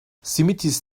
simitis